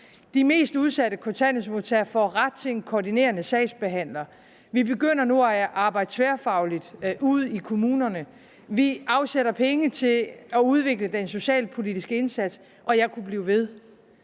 De mest udsatte kontanthjælpsmodtagere får ret til en koordinerende sagsbehandler, vi begynder nu at arbejde tværfagligt ude i kommunerne, vi afsætter penge til at udvikle den socialpolitiske indsats, og jeg kunne blive ved.